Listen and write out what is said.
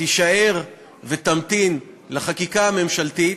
תישאר ותמתין לחקיקה הממשלתית,